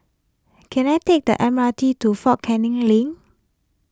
can I take the M R T to fort Canning Link